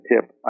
tip